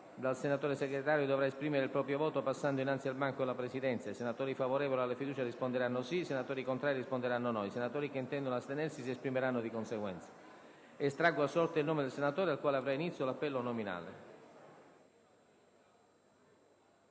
dal senatore Segretario dovrà esprimere il proprio voto passando innanzi al banco della Presidenza. I senatori favorevoli alla fiducia risponderanno sì; i senatori contrari risponderanno no; i senatori che intendono astenersi risponderanno di conseguenza. Estraggo a sorte il nome del senatore dal quale avrà inizio l'appello nominale.